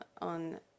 on